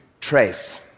trace